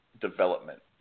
development